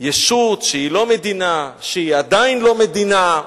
ישות שהיא לא מדינה, שהיא עדיין לא מדינה,